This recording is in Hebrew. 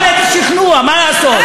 אין לי יכולת שכנוע, מה לעשות.